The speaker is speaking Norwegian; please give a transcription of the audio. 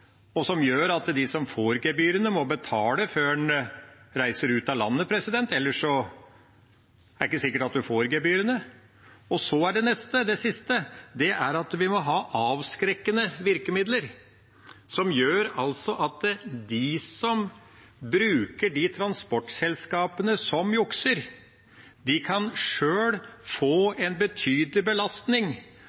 og som gjør at de som får gebyrene, må betale før de reiser ut av landet, ellers er det ikke sikkert at en får gebyrene. Det siste er at vi må ha avskrekkende virkemidler som gjør at de som bruker de transportselskapene som jukser, sjøl kan få en betydelig belastning.